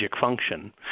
function